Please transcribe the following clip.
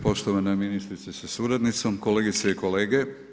Poštovana ministrice sa suradnicom, kolegice i kolege.